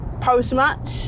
post-match